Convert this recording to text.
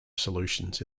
solutions